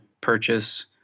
purchase